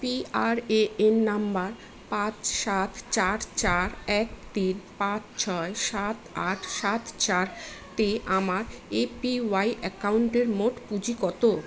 PRAN নম্বর পাঁচ সাত চার চার এক তিন পাঁচ ছয় সাত আট সাত চার তে আমার এপিওয়াই অ্যাকাউন্টের মোট পুঁজি কত